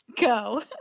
go